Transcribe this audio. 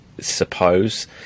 suppose